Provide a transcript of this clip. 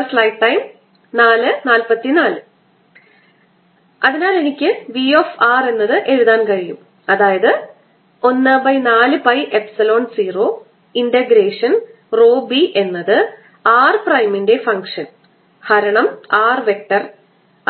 rPsinθcosϕ അതിനാൽ എനിക്ക് V of r എന്നത് എഴുതാൻ കഴിയും അതായത് 1 4 പൈ എപ്സിലോൺ 0 ഇന്റഗ്രേഷൻ ρb എന്നത് r പ്രൈമിൻറെ ഫംഗ്ഷൻ ഉപരിതലത്തിൽ അല്ലാത്ത ഹരണം r വെക്റ്റർ